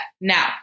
now